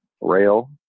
rail